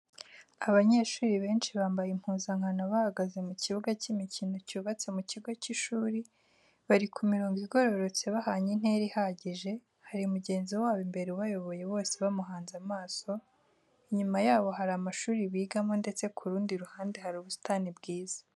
Abanyeshuri benshi bambaye impuzankano bahagaze mu kibuga cy'imikino cyubatse mu kigo cy'ishuri, bari ku mirongo igororotse bahanye intera ihagije, hari mugenzi wabo imbere ubayoboye bose bamuhanze amaso, inyuma yabo hari amashuri bigamo ndetse ku rundi ruhande hari ubusitani bwiza.